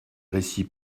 récits